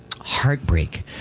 heartbreak